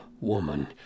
woman